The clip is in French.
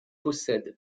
possède